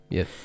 Yes